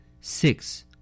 six